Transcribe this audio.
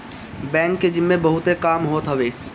bank के जिम्मे बहुते काम होत हवे